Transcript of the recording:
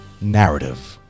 narrative